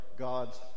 God's